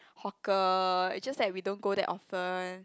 hawker it's just that we don't go there often